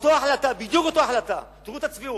אותה החלטה, בדיוק אותה החלטה, תראו את הצביעות.